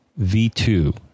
v2